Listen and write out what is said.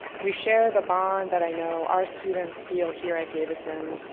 we share the bond that i know our students feel here at davidson,